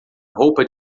roupa